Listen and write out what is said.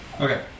Okay